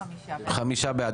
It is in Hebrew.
חמישה בעד.